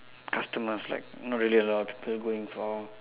customers like not really a lot of people going for